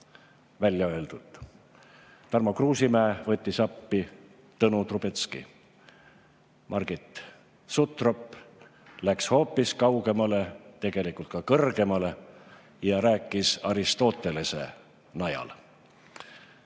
väljaöeldut. Tarmo Kruusimäe võttis appi Tõnu Trubetsky. Margit Sutrop läks hoopis kaugemale, tegelikult ka kõrgemale, ja rääkis Aristotelese najal.